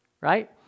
right